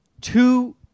two